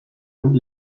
und